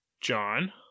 John